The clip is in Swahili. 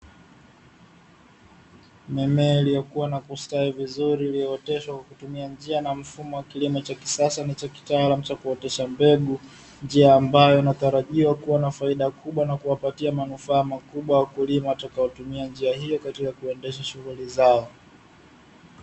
Mimea iliyokuwa na kustawi vizuri kwa kutumia njia ambayo itawaletea mafanikio makubwa katika kuendesha shughuli zao